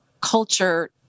culture